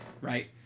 right